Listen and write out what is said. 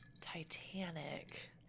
Titanic